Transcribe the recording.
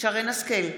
שרן מרים השכל,